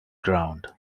ground